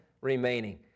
remaining